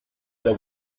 edo